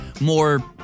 More